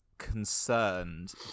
concerned